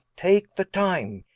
take the time,